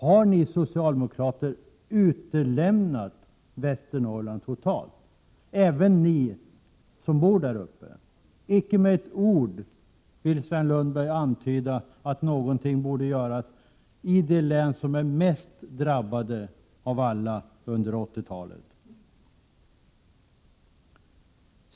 Har ni socialdemokrater utlämnat Västernorrland totalt, även ni som bor där uppe? Icke med ett ord vill Sven Lundberg antyda att någonting borde göras i de län som är mest drabbade av alla under 80-talet.